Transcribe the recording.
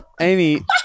Amy